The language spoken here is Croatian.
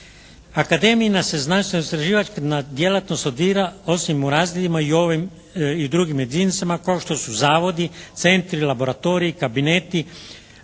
Akademijina se znanstveno-istraživačka djelatnost odvija osim u razredima i drugim jedinicama kao što su zavodi, centri, laboratoriji, kabineti